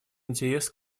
интерес